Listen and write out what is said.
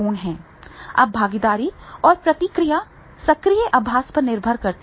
अब भागीदारी और प्रतिक्रिया सक्रिय अभ्यास पर निर्भर करती है